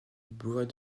bois